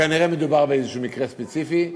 כנראה מדובר באיזה מקרה ספציפי,